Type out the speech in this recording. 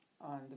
on